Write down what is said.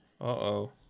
Uh-oh